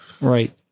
Right